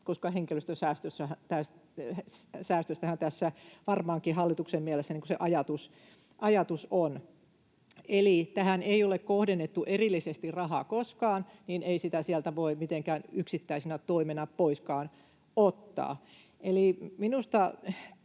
koska henkilöstösäästöissähän tässä varmaankin hallituksen mielestä se ajatus on. Eli kun tähän ei ole kohdennettu erillisesti rahaa koskaan, niin ei sitä sieltä voi mitenkään yksittäisenä toimena poiskaan ottaa.